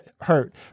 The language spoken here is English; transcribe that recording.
hurt